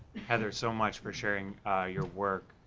heather, so much for sharing your work.